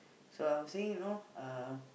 so I was saying you know uh